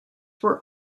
were